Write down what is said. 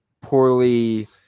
poorly